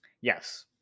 yes